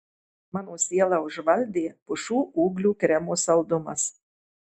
mano sielą užvaldė pušų ūglių kremo saldumas